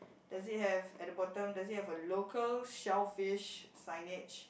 does it have at the bottom does it have a local shellfish signage